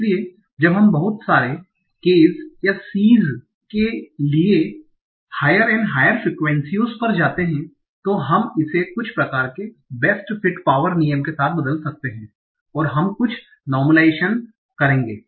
इसलिए जब हम बहुत सारे k's या c's के लिए उच्च और उच्च फ्रेक्वेंसीयों पर जाते हैं तो हम इसे कुछ प्रकार के बेस्ट फिट पावर नियम के साथ बदल सकते हैं और हम कुछ नर्मलाइजेशन करेंगे